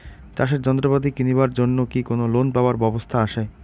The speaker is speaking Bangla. চাষের যন্ত্রপাতি কিনিবার জন্য কি কোনো লোন পাবার ব্যবস্থা আসে?